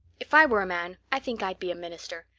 if i were a man i think i'd be a minister.